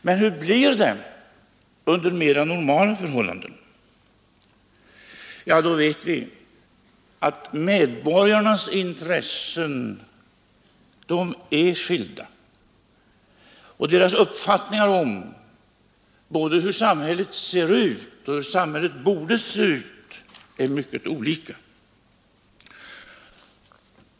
Men hur blir det under mer normala förhållanden? Ja, då vet vi att medborgarnas intressen ofta är motstridiga, och deras uppfattningar om både hur samhället ser ut och hur samhället borde se ut är mycket olika.